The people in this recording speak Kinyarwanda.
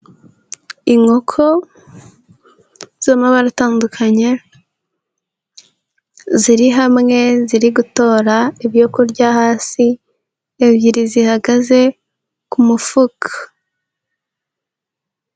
Inkoko z'amabara atandukanye, ziri hamwe, ziri gutora ibyo kurya hasi, ebyiri zihagaze ku mufuka.